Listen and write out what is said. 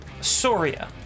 Soria